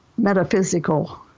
metaphysical